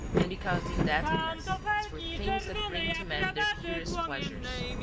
and because the indebtedness is for things that bring to men their purest pleasures.